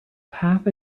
path